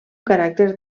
caràcter